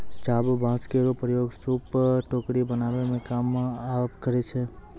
चाभ बांस केरो प्रयोग सूप, टोकरी बनावै मे काम करै छै